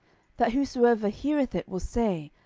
that whosoever heareth it will say,